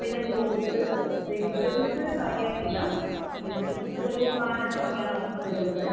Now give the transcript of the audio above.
പിന്നെ fruits vegetables കാര്യായിട്ടില്ല vegetables ഒരു നാലെണ്ണം ഒക്കെയാണ് ഓഫറ് വരുന്നത്